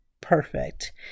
perfect